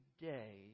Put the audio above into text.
day